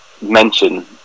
mention